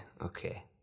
Okay